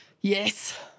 Yes